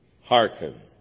hearken